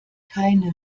keine